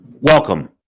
welcome